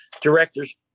directors